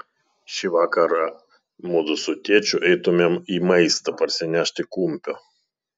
šį vakarą mudu su tėčiu eitumėm į maistą parsinešti kumpio